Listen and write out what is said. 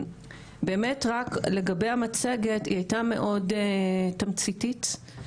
באמת רק לגבי המצגת, היא הייתה מאוד תמציתית.